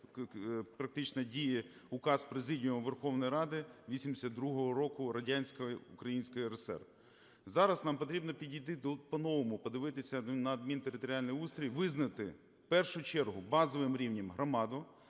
практично діє Указ Президії Верховної Ради 1982 року радянської… Української РСР. Зараз нам потрібно підійти по-новому, подивитися наадмінтериторіальний устрій, визнати, в першу чергу, базовим рівнем громаду,